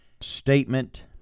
statement